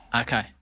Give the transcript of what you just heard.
Okay